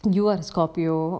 you are the scorpio